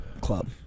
club